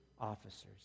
officers